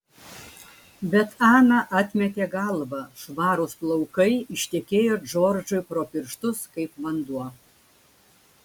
bet ana atmetė galvą švarūs plaukai ištekėjo džordžui pro pirštus kaip vanduo